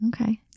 okay